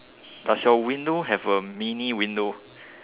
does your window have a mini window